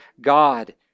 God